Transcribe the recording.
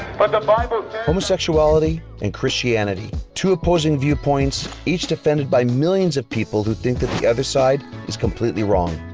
but the bible, homosexuality and christianity. two opposing viewpoints, each defended by millions of people who think that the other side is completely wrong.